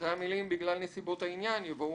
אחרי המילים "בכלל נסיבות העניין" יבואו